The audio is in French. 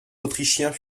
autrichiens